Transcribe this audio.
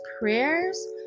prayers